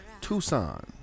Tucson